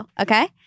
okay